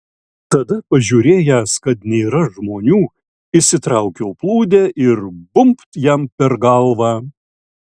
tada pažiūrėjęs kad nėra žmonių išsitraukiau plūdę ir bumbt jam per galvą